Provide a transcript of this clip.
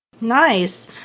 nice